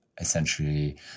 essentially